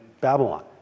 Babylon